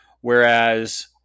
Whereas